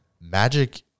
magic